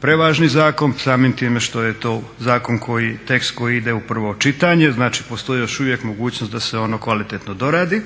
prevažni zakon, samim time što je to zakon koji, tekst koji ide u prvo čitanje. Znači, postoji još uvijek mogućnost da se ono kvalitetno doradi.